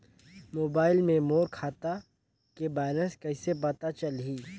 Mobile मे मोर खाता के बैलेंस कइसे पता चलही?